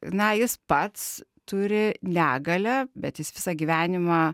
na jis pats turi negalią bet jis visą gyvenimą